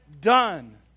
done